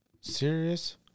Serious